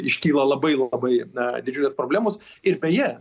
iškyla labai labai na didžiulės problemos ir beje